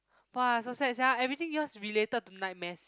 !wah! so sad sia everything yours related to nightmares